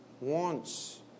wants